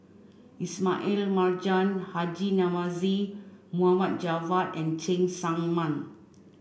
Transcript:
Ismail Marjan Haji Namazie Mohd Javad and Cheng Tsang Man